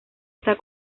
está